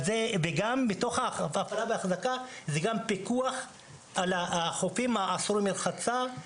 בתוך זה כלול גם פיקוח על החופים האסורים לרחצה.